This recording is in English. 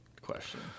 question